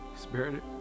Spirit